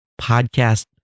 podcast